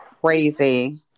crazy